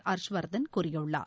ஹாஷ்வர்தன் கூறியுள்ளார்